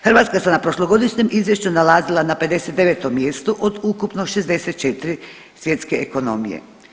Hrvatska se na prošlogodišnjem izvješću nalazila na 59 mjestu od ukupno 64 svjetske ekonomije.